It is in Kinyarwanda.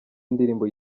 indirimbo